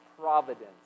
providence